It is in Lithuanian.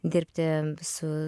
dirbti su